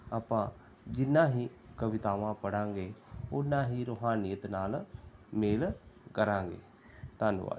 ਆਪਾਂ ਜਿੰਨਾ ਹੀ ਕਵਿਤਾਵਾਂ ਪੜ੍ਹਾਂਗੇ ਓਨਾਂ ਹੀ ਰੂਹਾਨੀਅਤ ਨਾਲ਼ ਮੇਲ ਕਰਾਂਗੇ ਧੰਨਵਾਦ